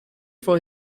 for